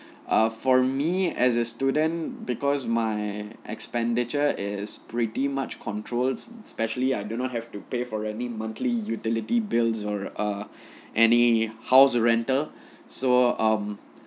ah for me as a student because my expenditure is pretty much controls specially I do not have to pay for any monthly utility bills or err any house rental so um